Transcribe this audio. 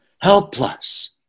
helpless